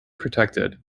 protected